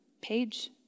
page